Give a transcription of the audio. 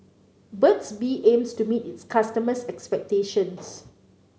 Burt's Bee aims to meet its customers' expectations